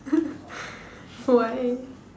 why